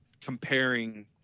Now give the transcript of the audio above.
comparing